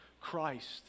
Christ